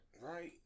Right